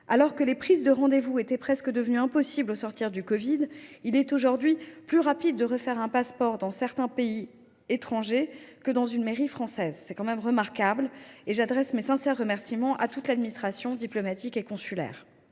Alors que les prises de rendez vous étaient presque devenues impossibles au sortir de la pandémie de covid 19, il est aujourd’hui plus rapide de refaire un passeport dans certains consulats que dans une mairie française ! C’est remarquable et j’adresse mes sincères remerciements à toute l’administration consulaire.